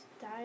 die